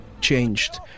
changed